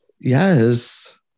Yes